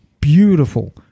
beautiful